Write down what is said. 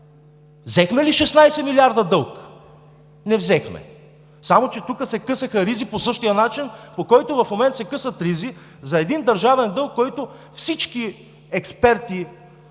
Взехме ли 16 милиарда дълг? Не взехме. Само че тук се късаха ризи по същия начин, по който в момента се късат ризи за един държавен дълг, който всички експерти